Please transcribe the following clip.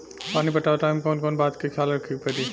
पानी पटावे टाइम कौन कौन बात के ख्याल रखे के पड़ी?